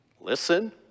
listen